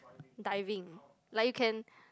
diving like you can